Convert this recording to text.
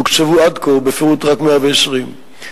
תוקצבו עד כה בפירוט רק 120 מיליון.